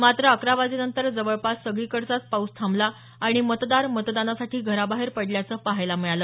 मात्र अकरा वाजेनंतर जवळपास सगळीकडचाच पाऊस थांबला आणि मतदार मतदानासाठी घराबाहेर पडल्याचं पहायला मिळालं